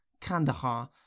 Kandahar